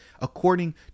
according